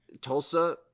Tulsa